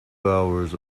hours